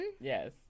Yes